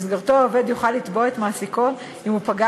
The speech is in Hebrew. שבמסגרתו העובד יוכל לתבוע את מעסיקו אם הוא פגע